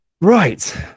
Right